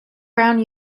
brown